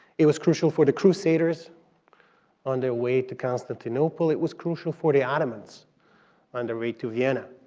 it was crucial for the crusaders on their way to constantinople. it was crucial for the ottomans on their way to vienna.